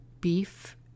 beef